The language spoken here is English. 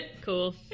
cool